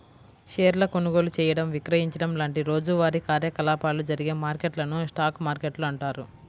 షేర్ల కొనుగోలు చేయడం, విక్రయించడం లాంటి రోజువారీ కార్యకలాపాలు జరిగే మార్కెట్లను స్టాక్ మార్కెట్లు అంటారు